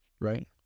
right